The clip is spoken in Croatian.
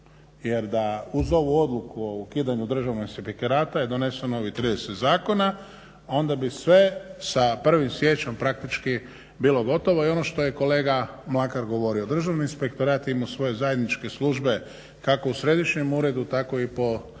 Jer da uz ovu odluku o ukidanju Državnog inspektorata je doneseno ovih 30 zakona onda bi sve sa 1. siječnjem praktički bilo gotovo. I ono što je kolega Mlakar govorio državni inspektorat je imao svoje zajedničke službe kako u središnjem uredu tako i po svojim